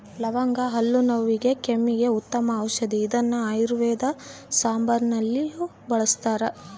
ಲವಂಗ ಹಲ್ಲು ನೋವಿಗೆ ಕೆಮ್ಮಿಗೆ ಉತ್ತಮ ಔಷದಿ ಇದನ್ನು ಆಯುರ್ವೇದ ಸಾಂಬಾರುನಲ್ಲಿಯೂ ಬಳಸ್ತಾರ